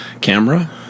camera